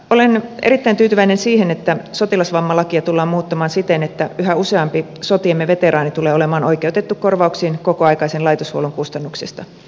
olen erittäin tyytyväinen siihen että sotilasvammalakia tullaan muuttamaan siten että yhä useampi sotiemme veteraani tulee olemaan oikeutettu korvauksiin kokoaikaisen laitoshuollon kustannuksista